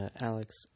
Alex